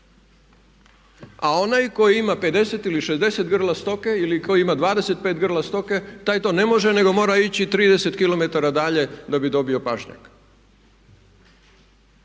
A onaj koji ima 50 ili 60 grla stoke, ili koji ima 25 grla stoke taj to ne može nego mora ići 30km dalje da bi dobio pašnjak.